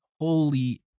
Holy